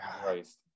Christ